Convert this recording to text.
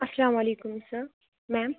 السَّلامُ علیکم سَر میم